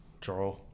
draw